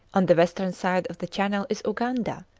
on the western side of the channel is uganda,